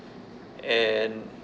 and